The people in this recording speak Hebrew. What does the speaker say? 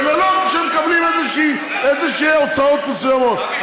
וללא שהם מקבלים איזשהן הוצאות מסוימות,